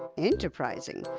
enterprising.